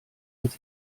als